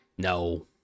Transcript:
No